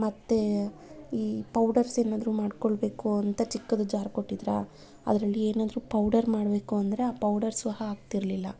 ಮತ್ತೆ ಈ ಪೌಡರ್ಸ್ ಏನಾದರೂ ಮಾಡ್ಕೊಳ್ಬೇಕು ಅಂತ ಚಿಕ್ಕದು ಜಾರ್ ಕೊಟ್ಟಿದ್ರಾ ಅದರಲ್ಲಿ ಏನಾದರೂ ಪೌಡರ್ ಮಾಡಬೇಕು ಅಂದರೆ ಆ ಪೌಡರ್ ಸಹ ಆಗ್ತಿರ್ಲಿಲ್ಲ